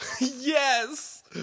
Yes